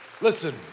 Listen